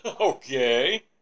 Okay